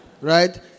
Right